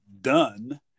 done